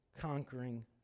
conquering